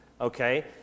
okay